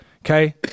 Okay